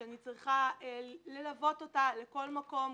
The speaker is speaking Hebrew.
ואני צריכה ללוות אותה לכל מקום,